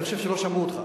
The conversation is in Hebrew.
אני חושב שלא שמעו אותך.